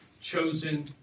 chosen